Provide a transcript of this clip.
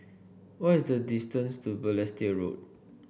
what is the distance to Balestier Road